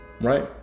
right